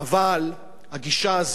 אבל הגישה הזאת